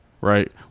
right